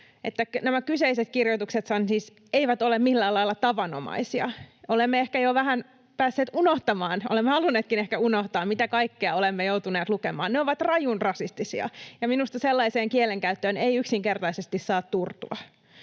nämä kyseiset kirjoituksethan siis eivät ole millään lailla tavanomaisia. Olemme ehkä jo vähän päässeet unohtamaan, olemme ehkä halunneetkin unohtaa, mitä kaikkea olemme joutuneet lukemaan. Ne ovat rajun rasistisia, ja minusta sellaiseen kielenkäyttöön ei yksinkertaisesti saa turtua.